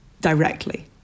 directly